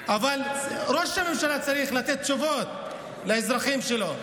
אבל ראש הממשלה צריך לתת תשובות לאזרחים שלו.